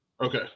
Okay